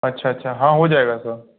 अच्छा अच्छा हाँ हो जाएगा सर